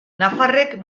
nafarrek